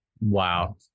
Wow